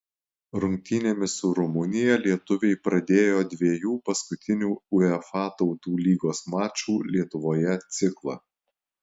rungtynėmis su rumunija lietuviai pradėjo dviejų paskutinių uefa tautų lygos mačų lietuvoje ciklą